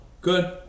good